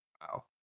Wow